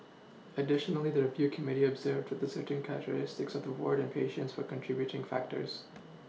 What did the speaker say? additionally the review committee observed to the certain characteristics of the ward and patients were contributing factors